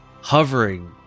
hovering